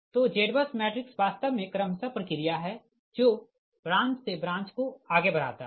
तोZBUS matrix वास्तव मे क्रमशः प्रक्रिया है जो ब्रांच से ब्रांच को आगे बढ़ाता है